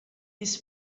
his